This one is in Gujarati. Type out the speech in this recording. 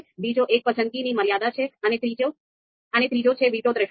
બીજો એક પસંદગીની મર્યાદા છે અને ત્રીજો છે વીટો થ્રેશોલ્ડ